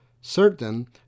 certain